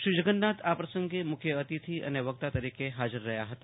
શ્રી જગન્નાથ આ પ્રસંગે મુખ્ય અતિથી અને વક્તા તરીકે હાજર રહ્યા હતા